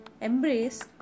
Embrace